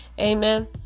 amen